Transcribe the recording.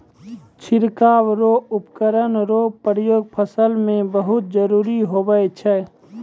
छिड़काव रो उपकरण रो प्रयोग फसल मे बहुत जरुरी हुवै छै